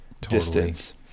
distance